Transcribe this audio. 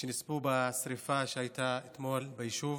שנספו בשרפה שהייתה אתמול ביישוב,